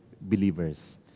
believers